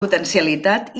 potencialitat